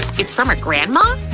it's from her grandma?